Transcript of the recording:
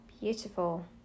beautiful